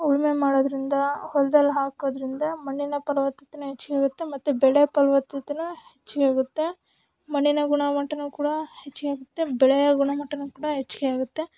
ಉಳುಮೆ ಮಾಡೋದರಿಂದ ಹೊಲ್ದಲ್ಲಿ ಹಾಕೋದರಿಂದ ಮಣ್ಣಿನ ಫಲವತ್ತತೆನೂ ಹೆಚ್ಚಿಗೆ ಆಗುತ್ತೆ ಮತ್ತು ಬೆಳೆ ಫಲವತ್ತತೆನೂ ಹೆಚ್ಚಿಗೆ ಆಗುತ್ತೆ ಮಣ್ಣಿನ ಗುಣಮಟ್ಟವೂ ಕೂಡ ಹೆಚ್ಚಿಗೆ ಆಗುತ್ತೆ ಬೆಳೆಯ ಗುಣಮಟ್ಟವೂ ಕೂಡ ಹೆಚ್ಚಿಗೆ ಆಗುತ್ತೆ